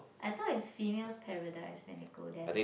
I thought is female's paradise when they go there